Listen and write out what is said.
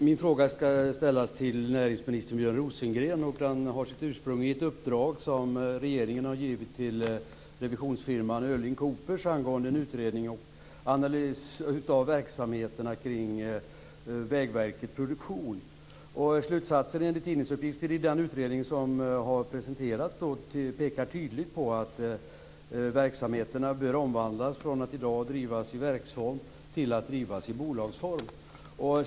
Herr talman! Jag ställer min fråga till näringsminister Björn Rosengren. Den har sitt ursprung i ett uppdrag som regeringen har gett till revisionsfirman Öhrling Coopers angående en utredning och analys av verksamheterna kring Vägverket Produktion. Enligt tidningsuppgifter pekar slutsatsen i den utredning som har presenterats tydligt på att verksamheterna bör omvandlas från att i dag drivas i verksform till att drivas i bolagsform.